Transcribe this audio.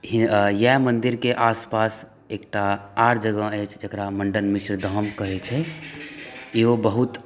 हि ये इएह मन्दिरके आसपास एकटा आर जगह अछि जकरा मण्डन मिश्र धाम कहै छै ईहो बहुत